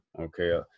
Okay